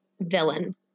villain